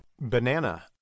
Banana